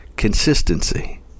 Consistency